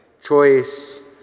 choice